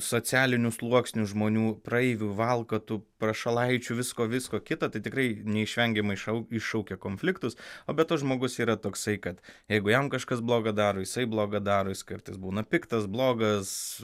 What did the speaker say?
socialinių sluoksnių žmonių praeivių valkatų prašalaičių visko visko kito tai tikrai neišvengiamai šau iššaukia konfliktus o be to žmogus yra toksai kad jeigu jam kažkas bloga daro jisai bloga daro jis kartais būna piktas blogas